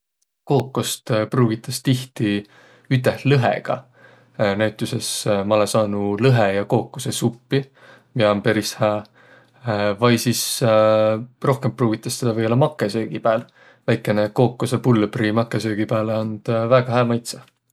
Kookost pruugitas tihti üteh lõhega näütüses ma olõ saanuq lõhe- ja kookosõsuppi, miä om peris hää, vai sis rohkõmb pruugitas tedä või-ollaq makõsöögi pääl. Väikene kookosõpulbri makõsöögi pääle and väega hää maitsõ.